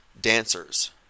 dancers